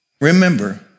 Remember